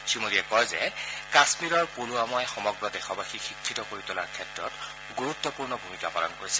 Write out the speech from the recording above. শ্ৰীমোদীয়ে কয় যে কাশ্মীৰৰ পুলৱামাই সমগ্ৰ দেশবাসীক শিক্ষিত কৰি তোলাৰ ক্ষেত্ৰত গুৰুত্বপূৰ্ণ ভূমিকা পালন কৰিছে